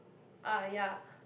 ah ya